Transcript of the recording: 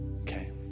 Okay